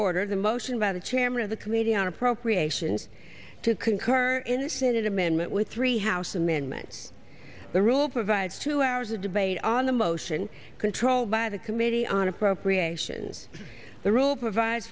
order of the motion by the chairman of the committee on appropriations to concur initiated amendment with three house amendment the rule provides two hours of debate on the motion controlled by the committee on appropriations the rule provide